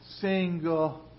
single